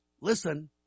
listen